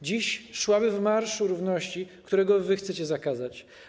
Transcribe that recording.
Dziś szłaby w marszu równości, którego wy chcecie zakazać.